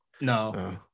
No